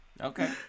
Okay